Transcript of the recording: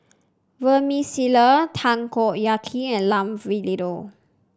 Vermicelli Takoyaki and Lamb Vindaloo